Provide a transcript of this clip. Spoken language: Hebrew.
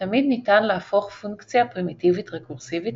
תמיד ניתן להפוך פונקציה פרימיטיבית רקורסיבית